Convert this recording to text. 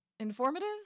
informative